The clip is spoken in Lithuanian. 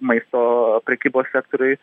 maisto prekybos sektoriuj